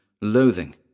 loathing